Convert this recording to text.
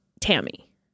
Tammy